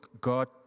God